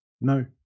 no